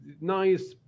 nice